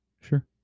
Sure